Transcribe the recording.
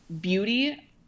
beauty